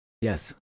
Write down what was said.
Yes